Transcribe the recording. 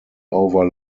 over